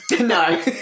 no